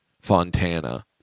Fontana